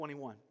21